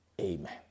Amen